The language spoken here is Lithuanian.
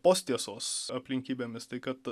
post tiesos aplinkybėmis tai kad